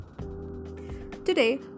Today